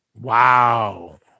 Wow